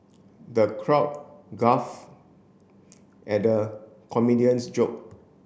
the crowd guff at the comedian's joke